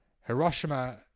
Hiroshima